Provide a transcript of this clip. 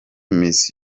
miss